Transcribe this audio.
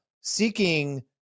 seeking